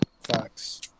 Facts